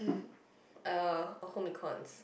uh or home-econs